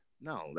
No